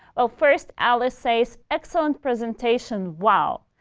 ah first, ali says, excellent presentation, wow.